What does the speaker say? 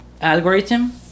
algorithm